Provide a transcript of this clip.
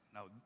Now